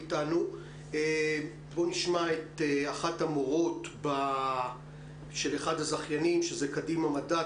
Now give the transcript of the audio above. בואו נשמע את אחת המורות של אחד הזכיינים שזה קדימה מדע,